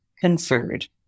conferred